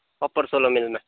upper सोह्र माइलमा